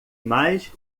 mais